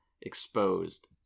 exposed